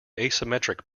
asymmetric